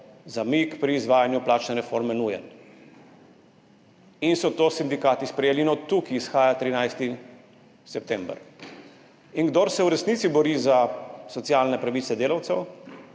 zamik pri izvajanju plačne reforme nujen, in so to sindikati sprejeli. In od tukaj izhaja 13. september. Kdor se v resnici bori za socialne pravice delavcev,